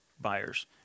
buyers